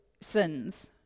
sins